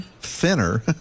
thinner